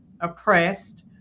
oppressed